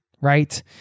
right